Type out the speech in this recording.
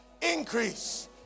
increase